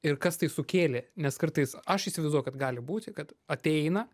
ir kas tai sukėlė nes kartais aš įsivaizduoju kad gali būti kad ateina